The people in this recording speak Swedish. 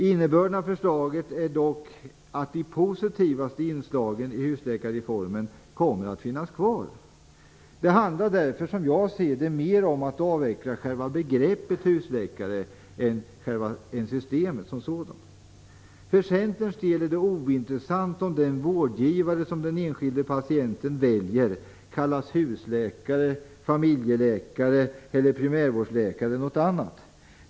Innebörden av förslaget är dock att de positivaste inslagen i husläkarreformen kommer att finnas kvar. Det handlar därför som jag ser det mer om att avveckla själva begreppet husläkare än om att avveckla systemet som sådant. För Centerns del är det ointressant om den vårdgivare som den enskilda patienten väljer kallas husläkare, familjeläkare, primärvårdsläkare eller någonting annat.